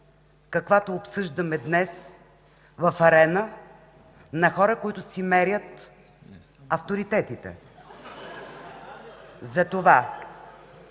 каквато обсъждаме днес, в арена на хора, които си мерят авторитетите. (Оживление.